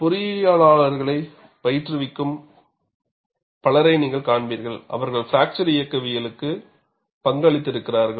பொறியியலாளர்களைப் பயிற்றுவிக்கும் பலரை நீங்கள் காண்பீர்கள் அவர்கள் பிராக்சர் இயக்கவியலுக்கு பங்களித்திருக்கிறார்கள்